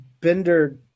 Bender